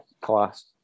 Class